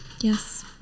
Yes